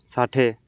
ଷାଠିଏ